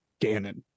Ganon